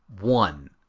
one